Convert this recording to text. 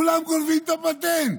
כולם גונבים את הפטנט,